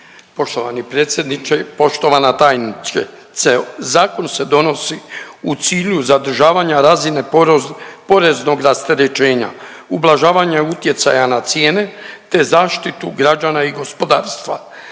Poštovani predsjedniče, poštovana tajnice, zakon se donosi u cilju zadržavanja razine poreznog rasterećenja, ublažavanje utjecaja na cijene te zaštitu građana i gospodarstva.